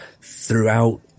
throughout